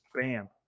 bam